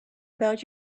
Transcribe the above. about